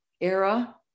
era